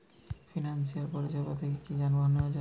Financial পরিসেবা থেকে কি যানবাহন নেওয়া যায়?